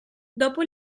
dopo